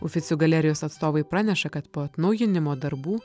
oficiu galerijos atstovai praneša kad po atnaujinimo darbų